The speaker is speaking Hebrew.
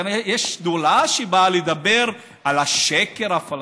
הרי יש שדולה שבאה לדבר על השקר הפלסטיני.